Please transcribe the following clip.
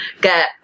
get